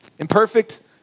Imperfect